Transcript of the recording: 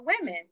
women